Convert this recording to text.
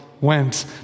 went